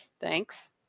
thanks